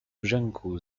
brzęku